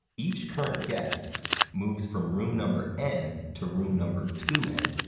each current guest moves from room number n to room number two n